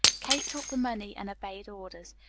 kate took the money and obeyed orders.